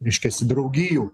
reiškiasi draugijų